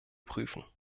prüfen